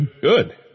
Good